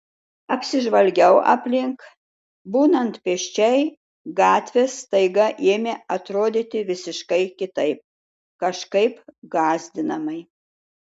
apsižvalgiau aplink būnant pėsčiai gatvės staiga ėmė atrodyti visiškai kitaip kažkaip gąsdinamai